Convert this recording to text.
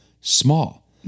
small